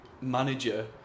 manager